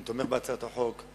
אני תומך בהצעות החוק.